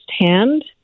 firsthand